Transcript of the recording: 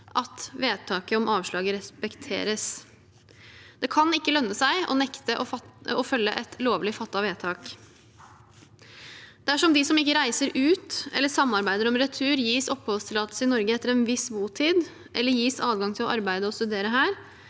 at vedtaket om avslaget respekteres. Det kan ikke lønne seg å nekte å følge et lovlig fattet vedtak. Dersom de som ikke reiser ut eller samarbeider om retur, gis oppholdstillatelse i Norge etter en viss botid, eller gis adgang til å arbeide og studere her,